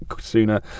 sooner